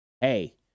hey